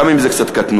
גם אם זה קצת קטנוני.